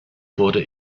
wurde